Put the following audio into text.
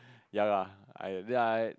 ya lar I then I